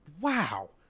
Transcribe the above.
Wow